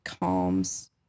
calms